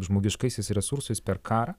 žmogiškaisiais resursais per karą